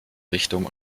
richtung